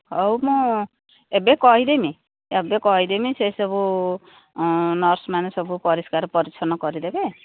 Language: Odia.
ହଉ ମୁଁ ଏବେ କହିଦେମି ଏବେ କହିଦେମି ସେସବୁ ନର୍ସମାନେ ସବୁ ପରିଷ୍କାର ପରିଚ୍ଛନ୍ନ କରିଦେବେ